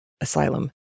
asylum